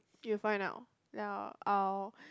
you find out now I'll